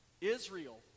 Israel